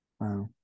Wow